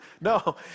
No